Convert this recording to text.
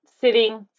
sitting